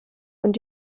und